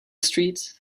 street